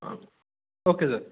हां okay sir